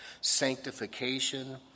sanctification